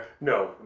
No